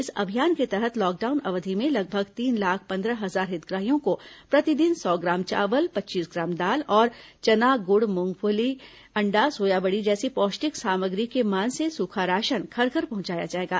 इस अभियान के तहत लॉकडाउन अवधि में लगभग तीन लाख पन्द्रह हजार हितग्राहियों को प्रतिदिन सौ ग्राम चावल पच्चीस ग्राम दाल और चना गुड़ मूंगफली अण्डा सोयाबड़ी जैसी पौष्टिक सामग्री के मान से सूखा राशन घर घर पहुंचाया जाएगा